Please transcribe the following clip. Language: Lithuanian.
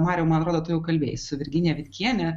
mariau man atrodo tu jau kalbėjai su virginija vitkiene